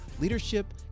leadership